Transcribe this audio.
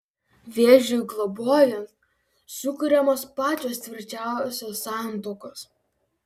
vėžiui globojant sukuriamos pačios tvirčiausios santuokos